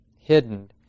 hidden